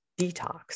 detox